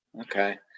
Okay